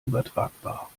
übertragbar